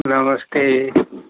नमस्ते